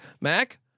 Mac